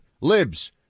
libs